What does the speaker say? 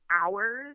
hours